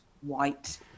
white